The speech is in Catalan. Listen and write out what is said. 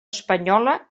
espanyola